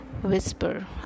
Whisper